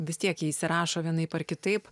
vis tiek įsirašo vienaip ar kitaip